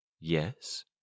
Yes